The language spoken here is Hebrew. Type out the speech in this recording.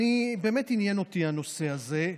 באמת עניין אותי הנושא הזה.